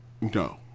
No